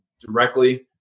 directly